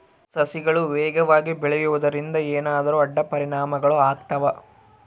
ಸಸಿಗಳು ವೇಗವಾಗಿ ಬೆಳೆಯುವದರಿಂದ ಏನಾದರೂ ಅಡ್ಡ ಪರಿಣಾಮಗಳು ಆಗ್ತವಾ?